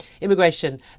immigration